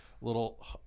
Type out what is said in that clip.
little